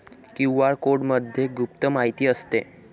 QR कोडमध्ये गुप्त माहिती असते